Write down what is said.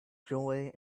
joy